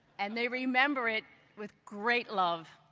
and they remember it with great love.